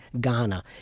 Ghana